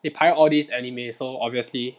they pirate all these anime so obviously